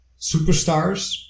superstars